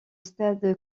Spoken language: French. stade